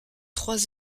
trois